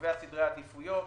שקובע סדרי עדיפויות,